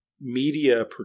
media